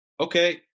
okay